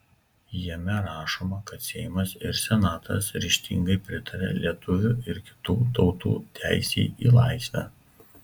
jame rašoma kad seimas ir senatas ryžtingai pritaria lietuvių ir kitų tautų teisei į laisvę